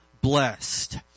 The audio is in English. blessed